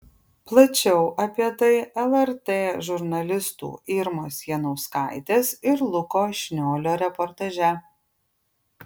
plačiau apie tai lrt žurnalistų irmos janauskaitės ir luko šniolio reportaže